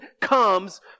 comes